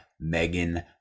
Megan